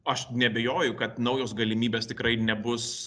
aš neabejoju kad naujos galimybės tikrai nebus